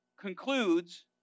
concludes